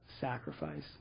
sacrifice